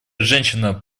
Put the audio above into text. женщина